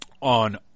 on